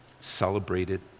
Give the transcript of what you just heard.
celebrated